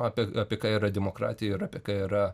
apie apie ką yra demokratija yra apie ką yra